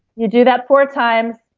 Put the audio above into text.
you do that four times.